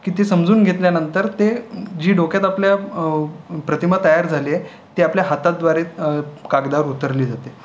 की ती समजून घेतल्यानंतर ते जी डोक्यात आपल्या प्रतिमा तयार झाली आहे ती आपल्या हाताद्वारे कागदावर उतरली जाते